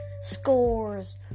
scores